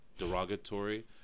Derogatory